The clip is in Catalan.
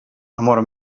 amor